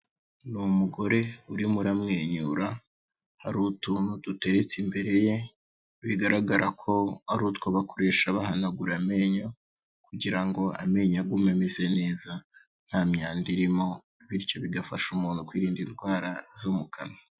Ni umugore, urimo uramwenyura, hari utuntu duteretse imbere ye, bigaragara ko ari utwo bakoresha bahanagura amenyo, kugira ngo amenyo agume ameze neza, nta myanda irimo, bityo bigafasha umuntu kwirinda indwara, zo mu kanwa.